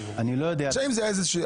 אני לא יודע אם זה הרבה,